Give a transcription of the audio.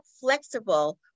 flexible